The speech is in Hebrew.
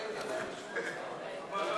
בדבר